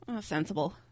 Sensible